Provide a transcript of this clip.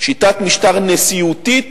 שיטת משטר נשיאותית,